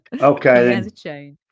Okay